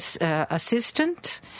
assistant